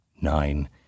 nine